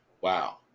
Wow